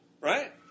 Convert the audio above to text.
Right